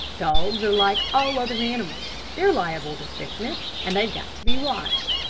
dogs are like all other animals. they're liable to sickness, and they've got to be watched.